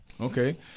okay